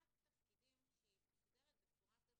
יש פונקציות מקצועיות ושדירת תפקידים שהיא מסודרת בצורה כזו